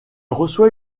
reçoit